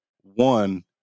one